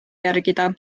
järgida